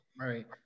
right